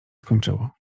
skończyło